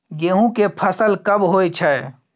गेहूं के फसल कब होय छै?